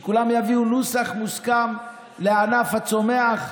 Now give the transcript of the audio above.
שכולם יביאו נוסח מוסכם לענף הצומח.